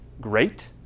great